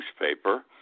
newspaper